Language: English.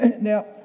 Now